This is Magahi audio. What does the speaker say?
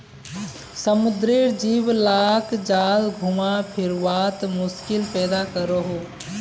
समुद्रेर जीव लाक जाल घुमा फिरवात मुश्किल पैदा करोह